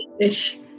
English